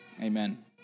Amen